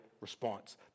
response